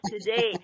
today